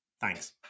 Thanks